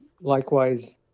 Likewise